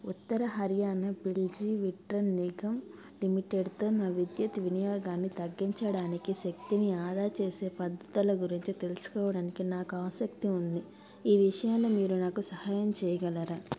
ఉత్తర హర్యానా బిజిలీ విట్రాన్ నిగమ్ లిమిటెడ్తో నా విద్యుత్ వినియోగాన్ని తగ్గించడానికి శక్తిని ఆదా చేసే పద్ధతుల గురించి తెలుసుకోవడానికి నాకు ఆసక్తి ఉంది ఈ విషయంలో మీరు నాకు సహాయం చేయగలరా